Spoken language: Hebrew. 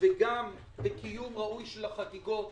וגם בקיום ראוי של החגיגות